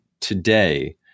today